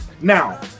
Now